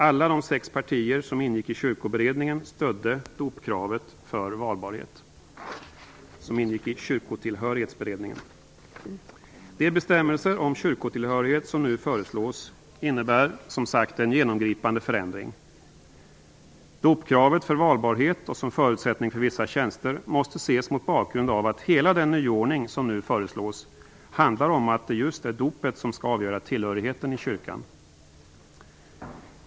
Alla de sex partier som ingick i Kyrkotillhörighetsberedningen stödde dopkravet för valbarhet. De bestämmelser om kyrkotillhörighet som nu föreslås innebär som sagt en genomgripande förändring. Dopkravet för valbarhet och som förutsättning för vissa tjänster måste ses mot bakgrund av att hela den nyordning som nu föreslås handlar om att det just är dopet som skall avgöra tillhörigheten i kyrkan.